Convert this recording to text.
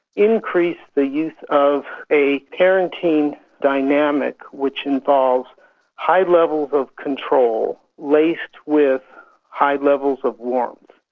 increase the use of a parenting dynamic which involves high levels of control laced with high levels of warmth.